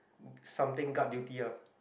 something guard duty ah